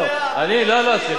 לא.